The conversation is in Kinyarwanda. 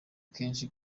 kenshi